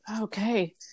okay